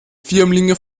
firmlinge